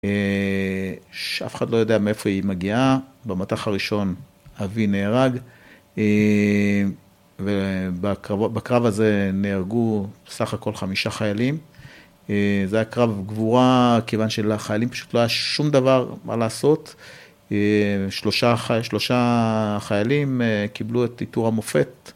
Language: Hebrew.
אף אחד לא יודע מאיפה היא מגיעה. במטח הראשון אבי נהרג. ובקרב הזה נהרגו בסך הכל חמישה חיילים. זה היה קרב גבורה, כיוון שלחיילים פשוט לא היה שום דבר מה לעשות. שלושה חיילים קיבלו את איתור המופת.